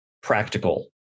practical